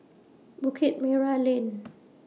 Bukit Merah Lane